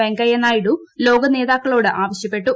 വെങ്കയ്യനായിഡു ലോക നേതാക്കളോട് ആവശ്യപ്പെട്ടു